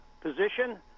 position